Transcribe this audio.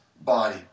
body